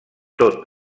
tot